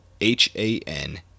H-A-N